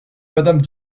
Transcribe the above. madame